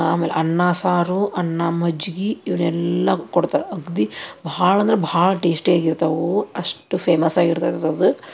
ಆಮೇಲೆ ಅನ್ನ ಸಾರು ಅನ್ನ ಮಜ್ಗೆ ಇವನ್ನೆಲ್ಲ ಕೊಡ್ತಾರೆ ಅಗದಿ ಭಾಳ ಅಂದ್ರೆ ಭಾಳ ಟೇಶ್ಟಿಯಾಗಿ ಇರ್ತಾವೆ ಅಷ್ಟು ಫೇಮಸ್ ಆಗಿರ್ತೈತೆ ಅದು